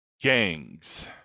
gangs